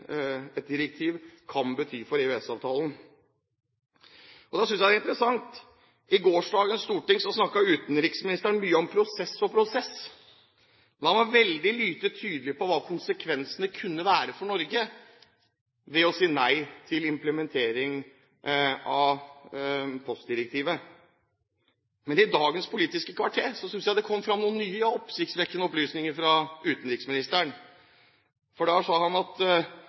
et direktiv kan bety for EØS-avtalen. Da synes jeg det er interessant at i Stortinget i går snakket utenriksministeren mye om prosess og prosess, men han var veldig lite tydelig på hva konsekvensene kunne være for Norge ved å si nei til implementering av postdirektivet. Men i dagens Politiske kvarter synes jeg det kom fram noen nye og oppsiktsvekkende opplysninger fra utenriksministeren, for der sa han at